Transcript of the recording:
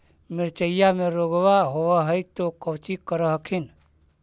मिर्चया मे रोग्बा होब है तो कौची कर हखिन?